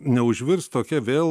neužvirs tokia vėl